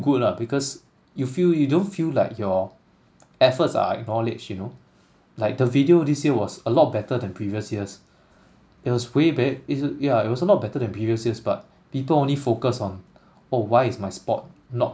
good lah because you feel you don't feel like your efforts are acknowledged you know like the video this year was a lot better than previous years it was way be~ it yeah it was a lot better than previous years but people only focus on oh why is my sport not